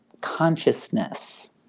consciousness